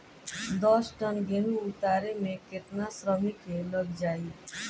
दस टन गेहूं उतारे में केतना श्रमिक लग जाई?